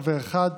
חבר אחד,